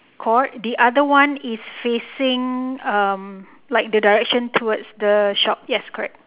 court the other one is facing um like the direction towards the shop yes correct